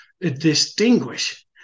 distinguish